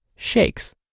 Shakes